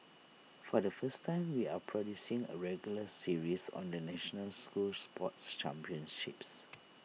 for the first time we are producing A regular series on the national school sports championships